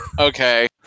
Okay